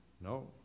No